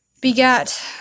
begat